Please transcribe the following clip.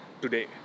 today